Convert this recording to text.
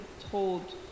told